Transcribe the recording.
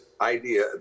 idea